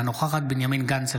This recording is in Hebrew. אינה נוכחת בנימין גנץ,